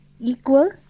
equal